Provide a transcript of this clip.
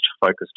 focused